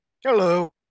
Hello